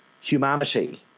humanity